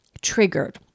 triggered